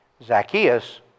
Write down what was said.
Zacchaeus